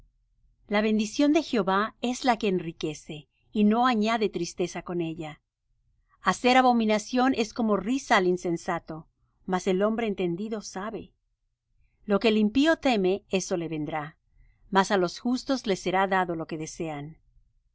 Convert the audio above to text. la bendición de jehová es la que enriquece y no añade tristeza con ella hacer abominación es como risa al insensato mas el hombre entendido sabe lo que el impío teme eso le vendrá mas á los justos les será dado lo que desean